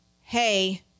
hey